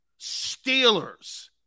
Steelers